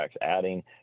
adding